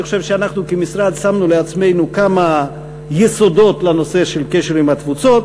אני חושב שאנחנו כמשרד שמנו לעצמנו כמה יסודות לנושא של קשר עם התפוצות.